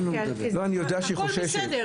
אני יודע שהיא חוששת.